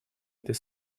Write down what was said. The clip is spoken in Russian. этой